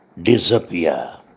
disappear